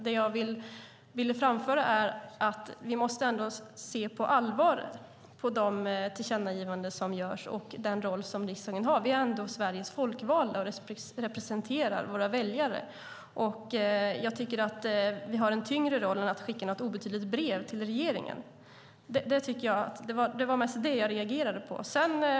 Det jag ville framföra var att vi ändå måste se på allvar på de tillkännagivanden som görs och den roll som riksdagen har. Vi är ändå Sveriges folkvalda och representerar våra väljare. Jag tycker att vi har en tyngre roll än att skicka något obetydligt brev till regeringen. Det var mest det jag reagerade på.